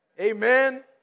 Amen